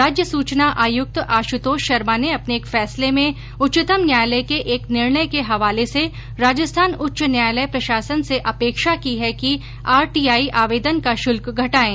राज्य सूचना आयुक्त आशुतोष शर्मा ने अपने एक फैसले में उच्चतम न्यायालय के एक निर्णय के हवाले से राजस्थान उच्च न्यायालय प्रशासन से अपेक्षा की है कि आरटीआई आवेदन का शल्क घटायें